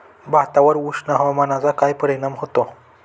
भातावर उष्ण हवामानाचा काय परिणाम होतो?